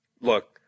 look